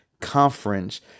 conference